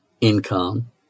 income